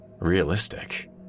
Realistic